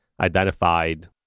identified